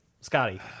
Scotty